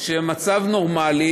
שבהם המצב נורמלי,